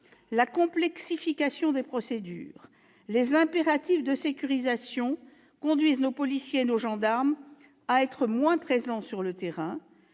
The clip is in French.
la complexification des procédures, les impératifs de sécurisation conduisent nos policiers et nos gendarmes à être moins présents sur le terrain,